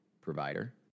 provider